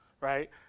Right